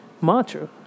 mantra